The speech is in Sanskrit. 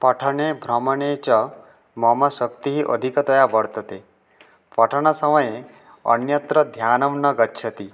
पठने भ्रमणे च मम शक्तिः अधिकतया वर्तते पठनसमये अन्यत्र ध्यानं न गच्छति